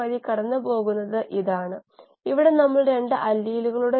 അവയുടെ ചില വശങ്ങൾ നമ്മൾ പരിശോധിക്കുന്നു